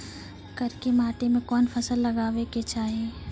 करकी माटी मे कोन फ़सल लगाबै के चाही?